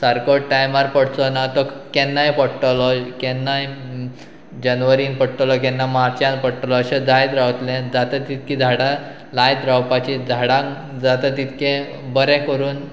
सारको टायमार पडचो ना तो केन्नाय पडटलो केन्नाय जनवरीन पडटलो केन्ना मार्चान पडटलो अशें जायत रावतले जाता तितकी झाडां लायत रावपाची झाडांक जाता तितके बरें करून